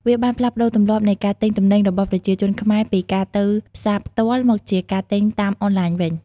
វាបានផ្លាស់ប្តូរទម្លាប់នៃការទិញទំនិញរបស់ប្រជាជនខ្មែរពីការទៅផ្សារផ្ទាល់ មកជាការទិញតាមអនឡាញវិញ។